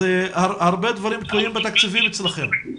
הרבה דברים קורים בתקציבים אצלכם.